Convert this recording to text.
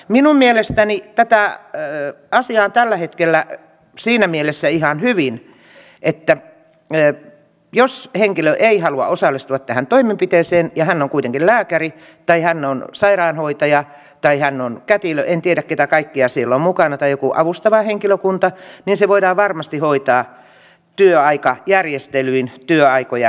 minun mielestäni tämä asia on tällä hetkellä siinä mielessä ihan hyvin että jos henkilö ei halua osallistua tähän toimenpiteeseen ja hän on kuitenkin lääkäri tai hän on sairaanhoitaja tai hän on kätilö en tiedä keitä kaikkia siellä on mukana tai joku avustava henkilö niin se voidaan varmasti hoitaa työaikajärjestelyin